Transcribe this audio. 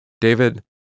David